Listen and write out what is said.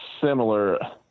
similar